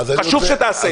חשוב שתעשה את זה.